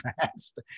fast